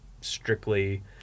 strictly